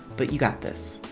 but you got this!